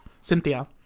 cynthia